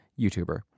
YouTuber